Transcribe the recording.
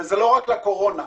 זה לא רק לזמן קורונה.